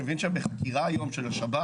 אני מבין שהם בחקירה היום של השב"כ,